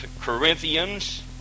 Corinthians